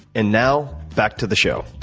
and now back to the show.